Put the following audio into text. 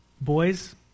boys